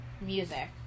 music